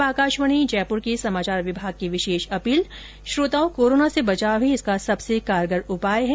और अब आकाशवाणी जयपुर के समाचार विभाग की विशेष अपील श्रोताओं कोरोना से बचाव ही इसका सबसे कारगर उपचार है